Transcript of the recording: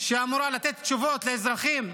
שאמורה לתת תשובות לאזרחים.